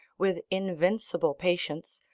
with invincible patience,